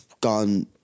gone